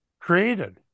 Created